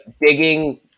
digging